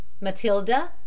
Matilda